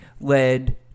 led